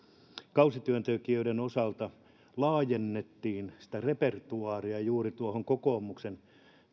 kausityöntekijöiden osalta laajennettiin sitä repertuaaria juuri tuohon kokoomuksen